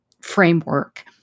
framework